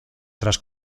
tras